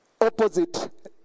opposite